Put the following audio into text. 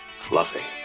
Fluffy